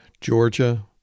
Georgia